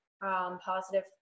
Positive